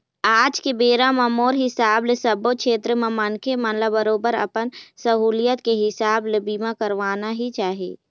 आज के बेरा म मोर हिसाब ले सब्बो छेत्र म मनखे मन ल बरोबर अपन सहूलियत के हिसाब ले बीमा करवाना ही चाही